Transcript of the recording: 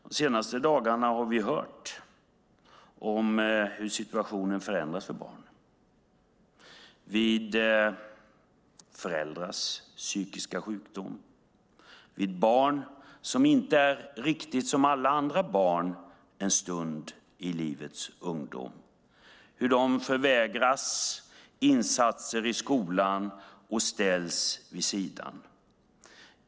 De senaste dagarna har vi hört om hur situationen förändras för barn vid föräldrars psykiska sjukdom, för barn som inte är riktigt som alla andra barn en stund i livets ungdom och hur de förvägras insatser i skolan och ställs vid sidan.